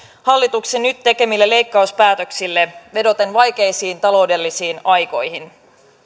hallituksen nyt tekemille leikkauspäätöksille vedoten vaikeisiin taloudellisiin aikoihin